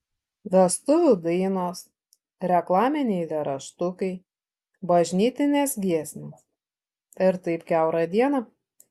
vestuvių dainos reklaminiai eilėraštukai bažnytinės giesmės ir taip kiaurą dieną